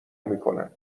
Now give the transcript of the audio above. میکنن